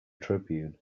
tribune